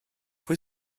pwy